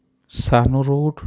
ସାନ ରୁଟ୍